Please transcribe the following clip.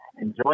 Enjoy